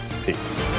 peace